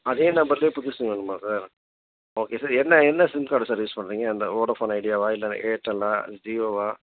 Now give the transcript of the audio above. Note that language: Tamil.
அதே நம்பரில் புது சிம் வேணுமா சார் ஓகே சார் என்ன என்ன சிம் கார்டு சார் யூஸ் பண்ணுறிங்க அந்த வோடஃபோன் ஐடியாவா இல்லைன்னா ஏர்டெல்லா ஜியோவா